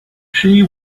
she